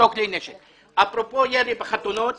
אפרופו ירי בחתונות.